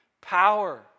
power